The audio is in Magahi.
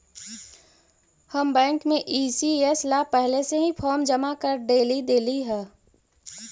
हम बैंक में ई.सी.एस ला पहले से ही फॉर्म जमा कर डेली देली हल